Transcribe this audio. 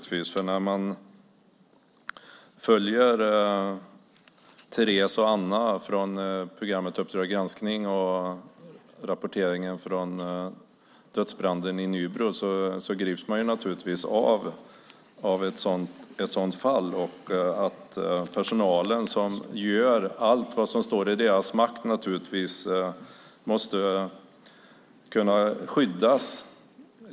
När man följer Therese och Anna i programmet Uppdrag granskning och rapporteringen från dödsbranden i Nybro grips man naturligtvis av fallet. Personalen, som givetvis gör allt som står i deras makt, måste kunna skyddas.